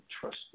trust